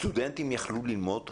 סטודנטים יכלו ללמוד חינם.